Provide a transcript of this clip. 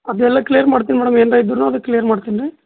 ಅದೆಲ್ಲ ಕ್ಲಿಯರ್ ಮಾಡ್ತೀನಿ ಮೇಡಮ್ ಏನರಾ ಇದ್ದರುನು ಅದು ಕ್ಲಿಯರ್ ಮಾಡ್ತೀನಿ